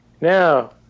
now